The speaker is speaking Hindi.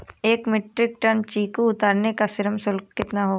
एक मीट्रिक टन चीकू उतारने का श्रम शुल्क कितना होगा?